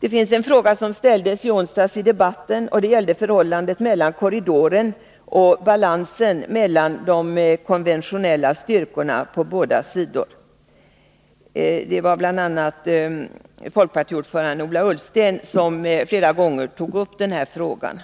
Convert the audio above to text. En fråga som ställdes i debatten i onsdags gällde förhållandet mellan korridoren och balansen mellan de konventionella styrkorna på båda sidor. Bl. a. folkpartiordföranden Ola Ullsten tog flera gånger upp denna fråga.